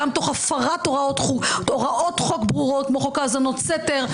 גם תוך הפרת הוראות חוק ברורות כמו חוק האזנות סתר,